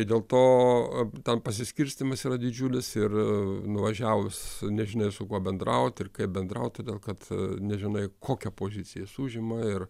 tai dėl to tam pasiskirstymas yra didžiulis ir nuvažiavus nežinai su kuo bendrauti ir kaip bendraut todėl kad nežinai kokią poziciją jis užima ir